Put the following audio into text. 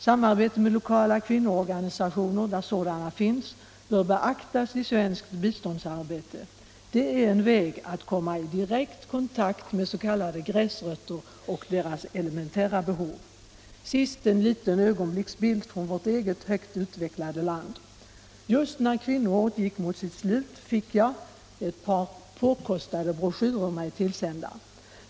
Samarbete med lokala kvinnoorganisationer, där sådana finns, bör beaktas i svenskt biståndsarbete. Det är en god väg att komma i direkt kontakt med s.k. gräsrötter och deras elementära behov. Till sist en liten ögonblicksbild från vårt eget högt utvecklade land. Just när kvinnoåret gick mot sitt slut fick jag ett par påkostade broschyrer mig tillsända.